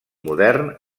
modern